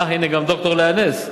אה, הנה גם ד"ר לאה נס,